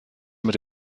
mit